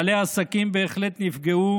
בעלי העסקים בהחלט נפגעו,